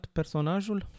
personajul